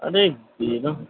আরে এরা